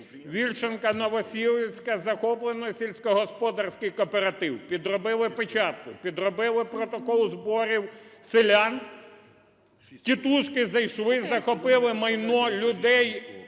Вільшанська Новоселиця захоплено сільськогосподарський кооператив. Підробили печатку, підробили протокол зборів селян, "тітушки" зайшли, захопили майно, людей